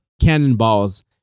cannonballs